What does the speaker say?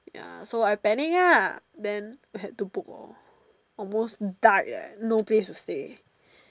ya so I panic lah then I had to book lor almost died leh no place to stay